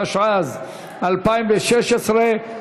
התשע"ז 2016,